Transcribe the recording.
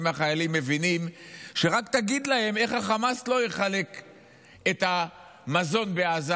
מהחיילים מבינים שרק תגיד להם איך החמאס לא יחלק את המזון בעזה,